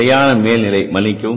நிலையான மேல்நிலை மன்னிக்கவும்